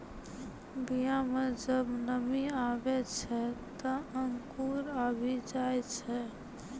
बीया म जब नमी आवै छै, त अंकुर आवि जाय छै